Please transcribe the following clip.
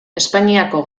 espainiako